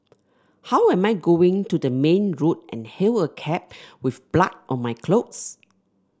how am I going to go to the main road and hail a cab with blood on my clothes